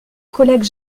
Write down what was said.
collègue